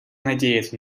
надеется